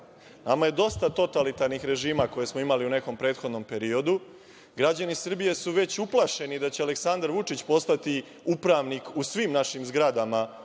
je dosta totalitarnih režima koje smo imali u nekom prethodnom periodu. Građani Srbije su već uplašeni da će Aleksandar Vučić postati upravnik u svim našim zgradama